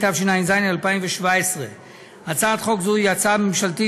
התשע"ז 2017. הצעת חוק זו היא הצעה ממשלתית,